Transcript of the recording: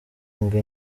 ngo